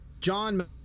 john